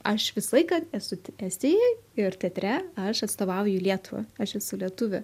aš visą laiką esu tik estijoj ir teatre aš atstovauju lietuvą aš esu lietuvė